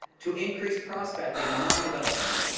to increase prospects and mine development,